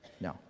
No